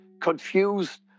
confused